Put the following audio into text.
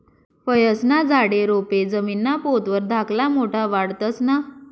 फयेस्ना झाडे, रोपे जमीनना पोत वर धाकला मोठा वाढतंस ना?